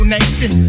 Nation